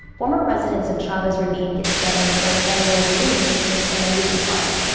former residents of chavez ravine get together for an annual reunion picnic in elysian park.